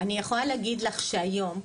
אני יכולה להגיד לך שהיום,